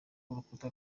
urukuta